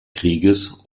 krieges